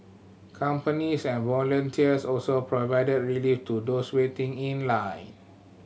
companies and volunteers also provided relief to those waiting in line